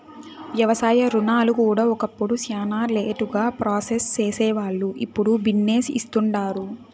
వ్యవసాయ రుణాలు కూడా ఒకప్పుడు శానా లేటుగా ప్రాసెస్ సేసేవాల్లు, ఇప్పుడు బిన్నే ఇస్తుండారు